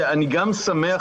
אני גם שמח,